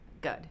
Good